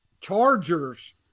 Chargers